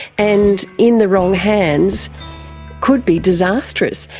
and in the wrong hands could be disastrous.